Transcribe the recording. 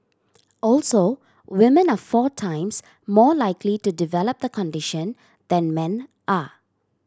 also women are four times more likely to develop the condition than men are